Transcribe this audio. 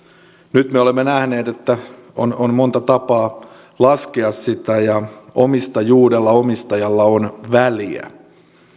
nyt me olemme nähneet että on on monta tapaa laskea sitä ja omistajuudella omistajalla on väliä